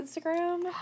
Instagram